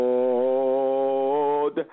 Lord